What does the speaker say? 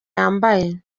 yambaye